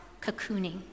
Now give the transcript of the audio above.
Cocooning